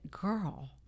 girl